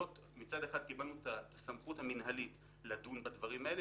מצד אחד קיבלנו את הסמכות המינהלית לדון בדברים האלה,